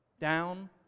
down